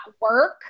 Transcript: work